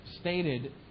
stated